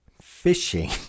fishing